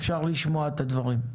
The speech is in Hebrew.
אפשר לשמוע את הדברים.